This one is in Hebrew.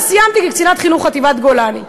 אבל סיימתי כקצינת חינוך בחטיבת גולני,